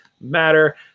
Matter